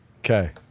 Okay